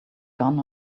gun